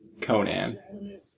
Conan